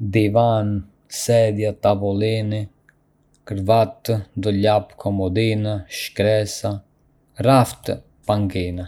Ka shumë lloje mobiljesh, si divan, karrige, tavolina, krevate, dollapë, komodina, shkresa, rafte dhe pankina. Çdo pjesë mobilje ka një funksion specifik dhe kontribuon në estetikën dhe funksionalitetin e hapësirave të brendshme.